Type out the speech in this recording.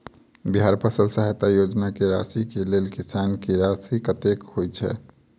बिहार फसल सहायता योजना की राशि केँ लेल किसान की राशि कतेक होए छै?